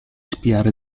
spiare